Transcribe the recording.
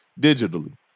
digitally